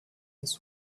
ins